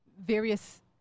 various